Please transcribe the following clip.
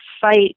fight